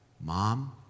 mom